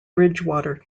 bridgwater